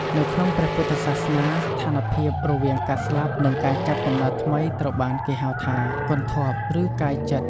នៅក្នុងព្រះពុទ្ធសាសនា ស្ថានភាពរវាងការស្លាប់និងការចាប់កំណើតថ្មីត្រូវបានគេហៅថា គន្ធព្វ(គន់-ធាប់)ឬកាយចិត្ត។